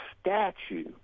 statue